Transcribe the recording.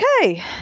okay